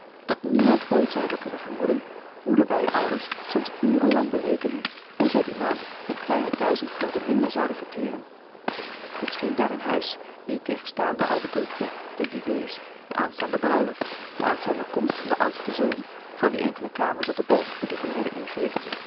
dat niemand ooit zoû hebben kunnen vermoeden hoe de beide ouders soms uren lang berekenden hoe louis couperus de boeken der kleine zielen zij die maand een kleine duizend gulden minder zouden verteeren het scheen daar in huis niettegenstaande al de drukte de diners de aanstaande bruiloft de aanstaande komst van den oudsten zoon voor wien enkele kamers op de bovenverdieping werden ingericht